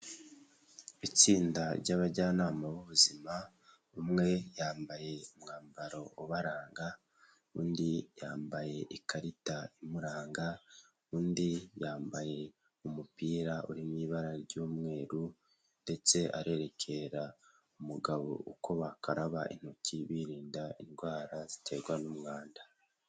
Itsinda ry'abajyanama b'ubuzima, umwe yambaye umwambaro ubaranga, undi yambaye ikarita imuranga, undi yambaye umupira uri mu ibara ry'umweru ndetse arerekera umugabo uko bakaraba intoki birinda indwara ziterwa n'umwanda.